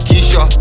Keisha